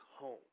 home